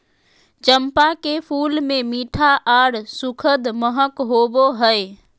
चंपा के फूल मे मीठा आर सुखद महक होवो हय